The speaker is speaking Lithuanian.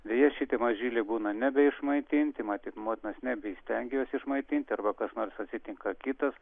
deja šitie mažyliai būna nebeišmaitinanti matyt motinos nebeįstengia juos išmaitinti arba kas nors atsitinka kitas